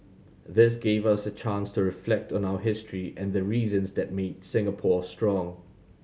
this give us a chance to reflect on our history and the reasons that made Singapore strong